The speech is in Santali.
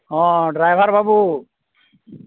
ᱦᱚᱸ ᱰᱨᱟᱭᱵᱷᱟᱨ ᱵᱟᱹᱵᱩ